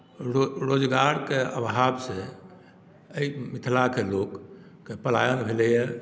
रो रोजगारके आभावसँ एहि मिथिलाके लोकके पलायन भेलैए